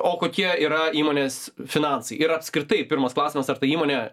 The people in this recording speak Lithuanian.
o kokie yra įmonės finansai ir apskritai pirmas klausimas ar ta įmonė